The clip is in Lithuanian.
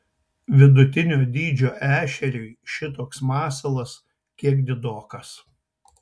vidutinio dydžio ešeriui šitoks masalas kiek didokas